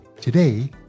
Today